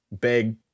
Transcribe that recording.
big